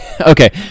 okay